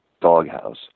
doghouse